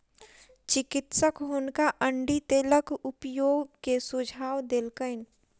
चिकित्सक हुनका अण्डी तेलक उपयोग के सुझाव देलकैन